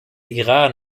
iran